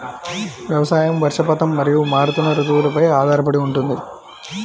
వ్యవసాయం వర్షపాతం మరియు మారుతున్న రుతువులపై ఆధారపడి ఉంటుంది